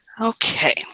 Okay